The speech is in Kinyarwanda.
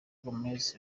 gomez